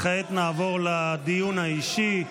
כעת נעבור לדיון האישי.